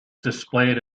displayed